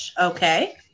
Okay